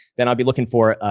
then i'll be looking for,